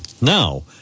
Now